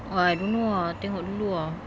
oh I don't know ah tengok dulu ah